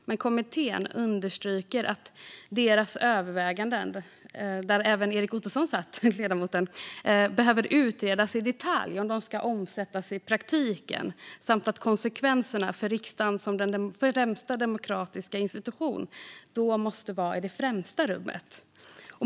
Men kommittén, där även ledamoten Ottoson satt, understryker att deras överväganden behöver utredas i detalj om de ska omsättas i praktiken samt att konsekvenserna för riksdagen som den främsta demokratiska institutionen då måste vara i det främsta rummet.